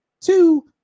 two